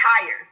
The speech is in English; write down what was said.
tires